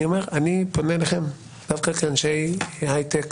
אני אומר שאני פונה אליכם דווקא כאנשי היי-טק